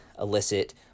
elicit